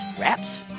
wraps